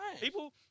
People